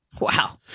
Wow